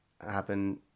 happen